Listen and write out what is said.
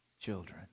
children